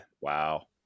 Wow